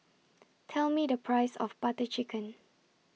Tell Me The Price of Butter Chicken